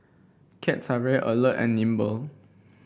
cats are very alert and nimble